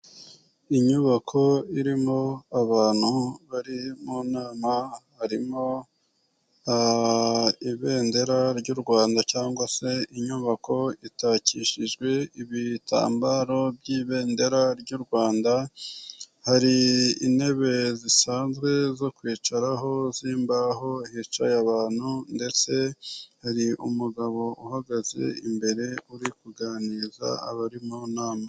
Inyubako irimo abantu bari mu nama, harimo ibendera ry'u Rwanda cyangwa se inyubako itakishijwe ibitambaro by'ibendera ry'u Rwanda, hari intebe zisanzwe zo kwicaraho z'imbaho hicaye abantu ndetse hari umugabo uhagaze imbere uri kuganiriza abari mu nama.